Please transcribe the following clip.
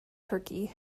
turkey